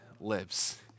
lives